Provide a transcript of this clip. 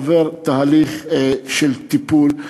עובר תהליך של טיפול,